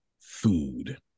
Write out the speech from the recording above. food